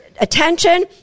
attention